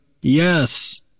yes